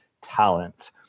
talent